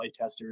playtesters